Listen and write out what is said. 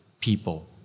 people